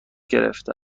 گرفته